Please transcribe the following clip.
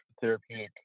therapeutic